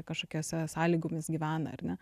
kažkokiose sąlygomis gyvena ar ne